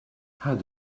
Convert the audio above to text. how